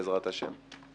בעזרת השם.